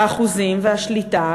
האחוזים והשליטה,